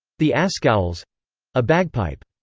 the askaules a bagpipe.